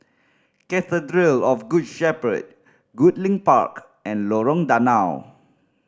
Cathedral of Good Shepherd Goodlink Park and Lorong Danau